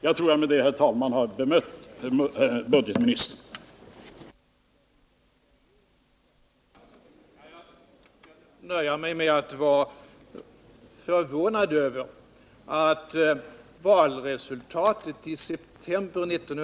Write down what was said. Jag tror att jag med det, herr talman, har bemött herr budgetoch ekonomiministern.